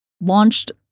launched